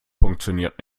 funktioniert